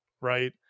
right